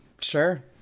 Sure